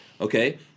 Okay